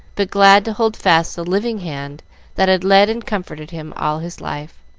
but glad to hold fast the living hand that had led and comforted him all his life.